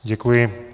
Děkuji.